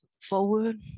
Forward